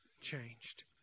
changed